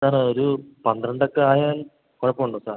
sir ഒരു പന്ത്രണ്ടൊക്കെ ആയാൽ കുഴപ്പം ഉണ്ടോ സാർ